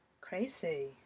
Crazy